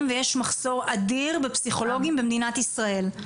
ויש מחסור אדיר בפסיכולוגים במדינת ישראל?